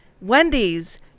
Wendy's